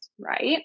right